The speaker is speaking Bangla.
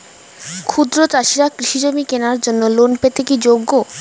ক্ষুদ্র চাষিরা কৃষিজমি কেনার জন্য লোন পেতে কি যোগ্য?